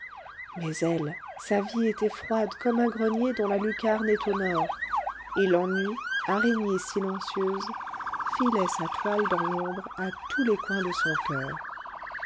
mais elle sa vie était froide comme un grenier dont la lucarne est au nord et l'ennui araignée silencieuse filait sa toile dans l'ombre à tous les coins de son coeur